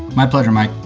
my pleasure. my